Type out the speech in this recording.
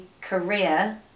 career